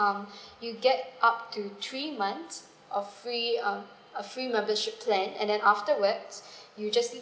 um you get up to three months of free um a free membership plan and then afterwards you just need